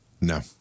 No